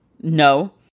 no